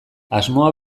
asmoa